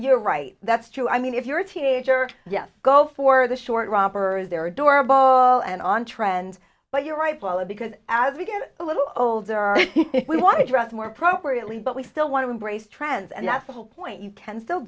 you're right that's true i mean if you're a teenager yes go for the short rompers there are dora ball and on trend but you're right paula because as we get a little older we want to dress more appropriately but we still want to embrace trends and that's the whole point you can still